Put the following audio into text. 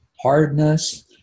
hardness